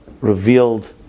revealed